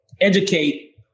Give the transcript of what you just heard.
educate